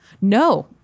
No